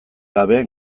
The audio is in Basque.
gabe